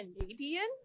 Canadian